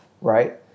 right